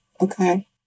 Okay